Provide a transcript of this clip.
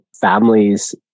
families